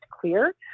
clear